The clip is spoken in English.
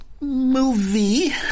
movie